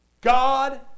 God